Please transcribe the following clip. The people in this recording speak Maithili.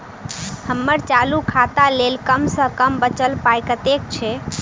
हम्मर चालू खाता लेल कम सँ कम बचल पाइ कतेक छै?